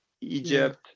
Egypt